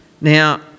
now